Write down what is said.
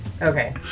Okay